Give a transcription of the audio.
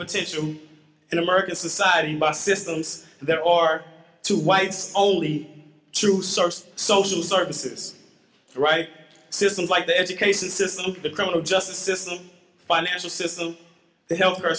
potential in american society by systems there are two whites only two source social services the right systems like the education system the criminal justice system financial system the health care